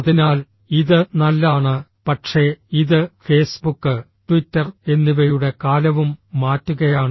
അതിനാൽ ഇത് നല്ലതാണ് പക്ഷേ ഇത് ഫേസ്ബുക്ക് ട്വിറ്റർ എന്നിവയുടെ കാലവും മാറ്റുകയാണ്